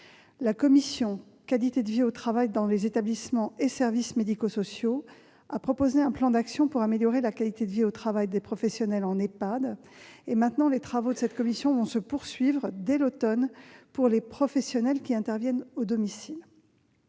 La commission Qualité de vie au travail dans les établissements et services médico-sociaux a proposé un plan d'action pour améliorer la qualité de vie au travail des professionnels en EHPAD. Les travaux de cette commission se poursuivront dès l'automne prochain pour les professionnels intervenant à domicile.